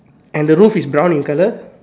and the roof is brown in colour